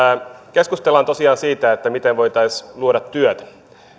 keskustellaan tosiaan siitä miten voisimme luoda työtä